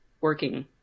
working